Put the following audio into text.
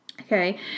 Okay